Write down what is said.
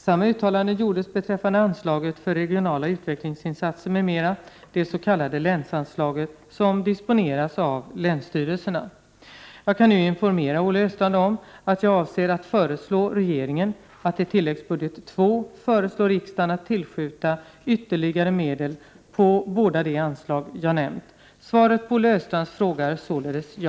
Samma uttalande gjordes beträffande anslaget för Regionala utvecklingsinsatser m.m., det så kallade länsanslaget, som disponeras av länsstyrelserna. Jag kan nu informera Olle Östrand om att jag avser att föreslå regeringen att i tilläggsbudget II föreslå riksdagen att tillskjuta ytterligare medel på båda de anslag jag nämnt. Svaret på Olle Östrands fråga är således ja!